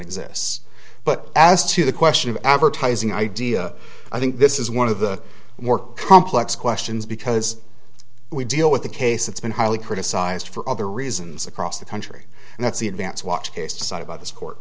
exists but as to the question of advertising idea i think this is one of the more complex questions because we deal with a case that's been highly criticized for other reasons across the country and that's the advanced watch case decided by th